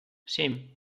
семь